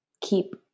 keep